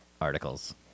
articles